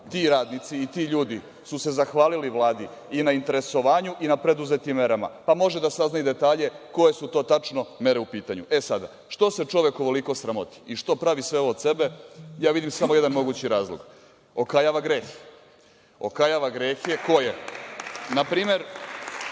Ti radnici i ti ljudi su se zahvalili Vladi i na interesovanju i na preduzetim merama, pa može da sazna i detalje koje su to tačno mere u pitanju.E, sad, što se čovek ovoliko sramoti i što pravi sve ovo od sebe? Ja vidim samo jedan mogući razlog – okajava grehe. Okajava grehe – koje? Na primer,